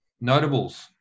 notables